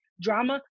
drama